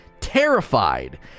Terrified